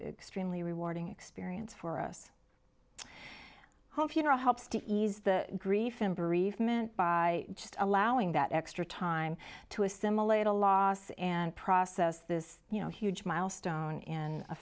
extremely rewarding experience for us home funeral helps to ease the grief and bereavement by just allowing that extra time to assimilate a loss and process this you know huge milestone in a